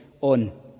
on